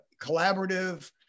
collaborative